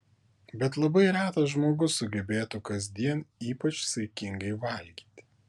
bet labai retas žmogus sugebėtų kasdien ypač saikingai valgyti